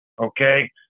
Okay